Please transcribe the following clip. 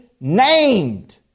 named